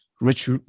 rich